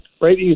right